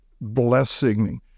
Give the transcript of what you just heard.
blessing